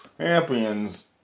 champions